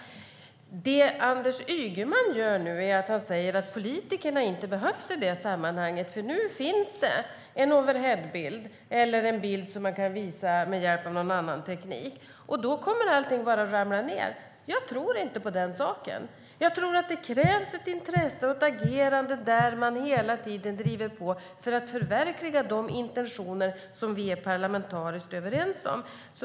Det Anders Ygeman nu gör är att han säger att politikerna inte behövs i det sammanhanget därför att det finns en overheadbild eller en bild som man kan visa med hjälp av någon annan teknik och att allting då bara kommer att ramla ned. Jag tror inte på den saken. Jag tror att det krävs ett intresse och ett agerande där man hela tiden driver på för att förverkliga de intentioner som vi är parlamentariskt överens om.